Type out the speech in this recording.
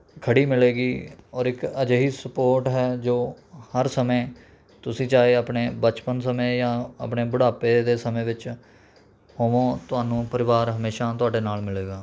ਖੜ੍ਹੀ ਮਿਲੇਗੀ ਔਰ ਇੱਕ ਅਜਿਹੀ ਸਪੋਰਟ ਹੈ ਜੋ ਹਰ ਸਮੇਂ ਤੁਸੀਂ ਚਾਹੇ ਆਪਣੇ ਬਚਪਨ ਸਮੇਂ ਜਾਂ ਆਪਣੇ ਬੁਢਾਪੇ ਦੇ ਸਮੇਂ ਵਿੱਚ ਹੋਵੋਂ ਤੁਹਾਨੂੰ ਪਰਿਵਾਰ ਹਮੇਸ਼ਾਂ ਤੁਹਾਡੇ ਨਾਲ ਮਿਲੇਗਾ